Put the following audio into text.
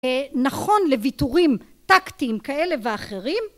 נכון לויתורים טקטיים כאלה ואחרים